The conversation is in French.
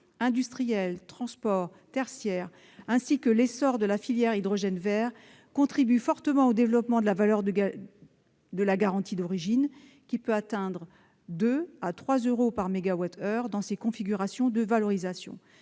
industriels, transports, tertiaire ... -ainsi que l'essor de la filière hydrogène vert contribuent fortement au développement de la valeur de la garantie d'origine, qui peut atteindre 2 à 3 euros par mégawattheure dans ces configurations de valorisation.